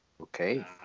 Okay